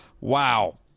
Wow